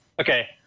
Okay